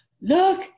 Look